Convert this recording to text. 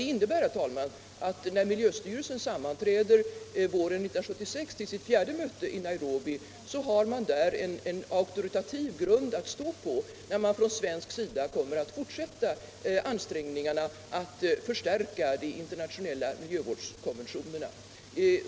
Det innebär att då miljöstyrelsen sammanträder i Nairobi våren 1976 till sitt fjärde möte, har vi en auktoritativ grund att stå på när vi från svensk sida kommer att fortsätta ansträngningarna att förstärka de internationella miljövårdskonventionerna.